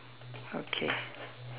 okay